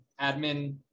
admin